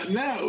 no